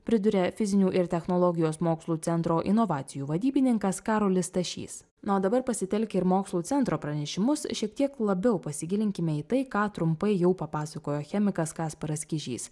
priduria fizinių ir technologijos mokslų centro inovacijų vadybininkas karolis stašys na o dabar pasitelkę ir mokslų centro pranešimus šiek tiek labiau pasigilinkime į tai ką trumpai jau papasakojo chemikas kasparas kižys